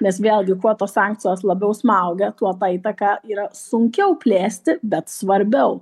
nes vėlgi kuo tos sankcijos labiau smaugia tuo tą įtaką yra sunkiau plėsti bet svarbiau